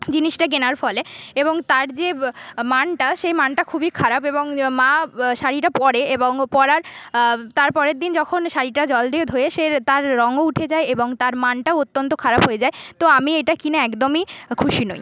জিনিসটা কেনার ফলে এবং তার যে মানটা সেই মানটা খুবই খারাপ এবং মা শাড়িটা পরে এবং পরার তার পরের দিন যখন শাড়িটা জল দিয়ে ধোয় সে তার রংও উঠে যায় এবং তার মানটাও অত্যন্ত খারাপ হয়ে যায় তো আমি এটা কিনে একদমই খুশি নই